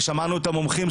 ושמעתי את המומחים,